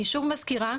אני שוב מזכירה,